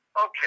Okay